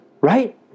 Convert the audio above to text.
Right